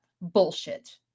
bullshit